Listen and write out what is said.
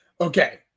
Okay